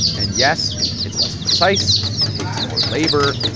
and, yes, it's less precise. it takes more labor.